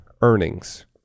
earnings